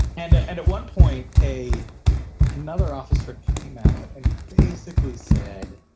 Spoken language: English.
and and at one point, a another officer came out and basically said,